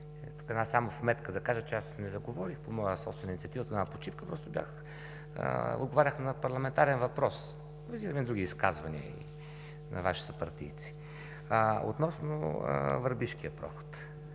Само една вметка да кажа, че аз не заговорих по моя собствена инициатива тогава на почивка, просто отговарях на парламентарен въпрос – визирам други изказвания на Ваши съпартийци. Относно Върбишкия проход.